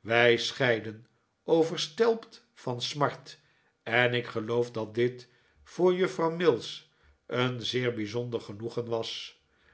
wij scheidden overstelpt van smart en ik geloof dat dit voor juffrouw mills een zeer bijzonder genoegen was